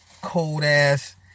cold-ass